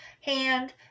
hand